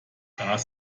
das